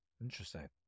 Interesting